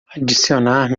adicionar